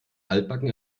altbacken